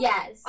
Yes